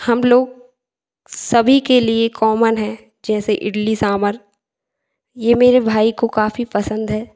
हम लोग सभी के लिए कॉमन है जैसे इडली सांभर यह मेरे भाई को काफ़ी पसंद है